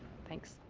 thanks.